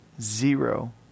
zero